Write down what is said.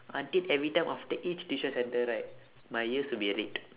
until every time after each tuition centre right my ears would be red